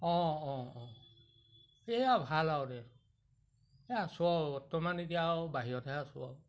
অঁ অঁ অঁ এইয়া ভাল আৰু দেই আছোঁ আৰু বৰ্তমান এতিয়া আৰু বাহিৰতহে আছোঁ আৰু